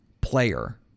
player